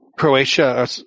Croatia